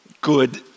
good